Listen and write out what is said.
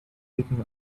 leaking